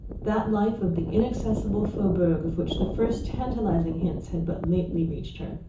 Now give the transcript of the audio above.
that life of the inaccessible faubourg of which the first tantalizing hints had but lately reached her.